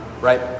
right